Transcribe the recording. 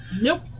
nope